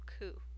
coup